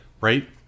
right